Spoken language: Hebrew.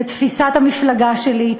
לתפיסת המפלגה שלי,